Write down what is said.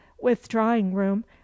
withdrawing-room